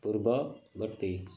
ପୂର୍ବବର୍ତ୍ତୀ